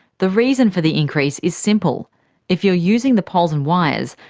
the reason for the increase is simple if you're using the poles and wires,